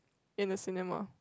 in a cinema